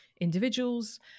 individuals